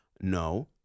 No